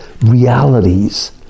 realities